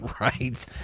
Right